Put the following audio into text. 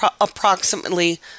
approximately